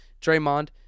Draymond